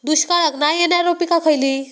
दुष्काळाक नाय ऐकणार्यो पीका खयली?